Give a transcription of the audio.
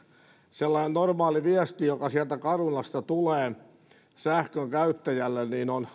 sellainen normaali viesti joka sieltä carunasta tulee sähkön käyttäjälle